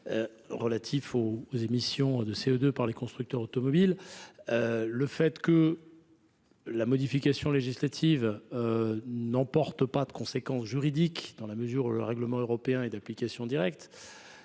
relatif aux émissions de CO2 par les constructeurs automobiles. Le fait est que cette modification législative n’emporte pas de conséquences juridiques dans la mesure où le règlement est d’application directe.